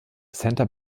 santa